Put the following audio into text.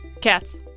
Cats